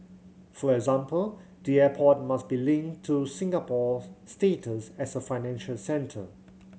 for example the airport must be linked to Singapore's status as a financial centre